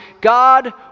God